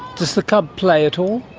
does the cub play at all?